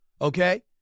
Okay